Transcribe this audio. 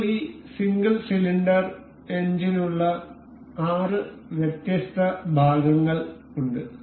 ഇപ്പോൾ ഈ single cylinder എഞ്ചിനുള്ള 6 വ്യത്യസ്ത ഭാഗങ്ങൾ ഉണ്ട്